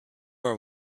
are